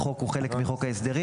החוק הוא חלק מחוק ההסדרים.